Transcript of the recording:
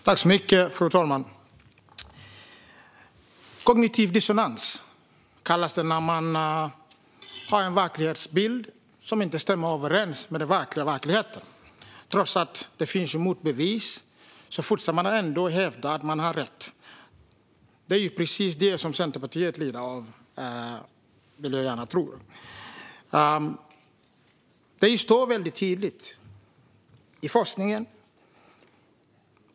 Fru talman! Kognitiv dissonans kallas det när man har en verklighetsbild som inte stämmer överens med den verkliga verkligheten. Trots att det finns bevis för motsatsen fortsätter man att hävda att man har rätt. Det är precis detta som Centerpartiet lider av, vill jag gärna tro. Det står väldigt tydligt i forskningen.